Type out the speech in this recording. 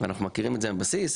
ואנחנו מכירים את זה מהבסיס.